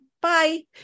bye